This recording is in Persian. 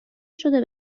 شده